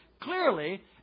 Clearly